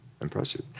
Impressive